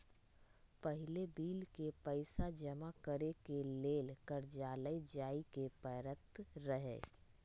पहिले बिल के पइसा जमा करेके लेल कर्जालय जाय के परैत रहए